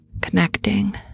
Connecting